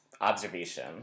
observation